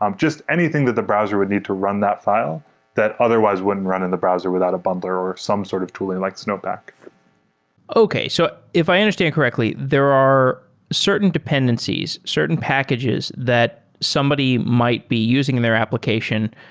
um just anything that the browser would need to run that file that otherwise wouldn't run in the browser without a bundler or some sort of tooling like snowpack okay. so if i understand you correctly, there are certain dependencies, certain packages that somebody might be using in their application,